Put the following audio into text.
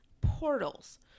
portals